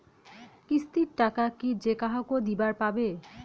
কিস্তির টাকা কি যেকাহো দিবার পাবে?